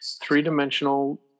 three-dimensional